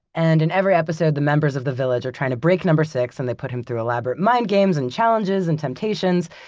and in every episode, the members of the village are trying to break number six and they put him through elaborate mind games, and challenges and temptations,